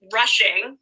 rushing